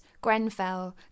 Grenfell